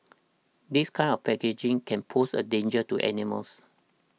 this kind of packaging can pose a danger to animals